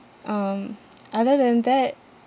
um other than that